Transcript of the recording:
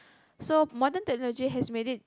so modern technology has made it